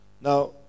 Now